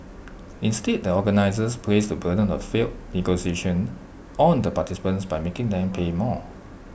instead the organisers placed the burden of the failed negotiations on the participants by making them pay more